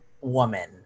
woman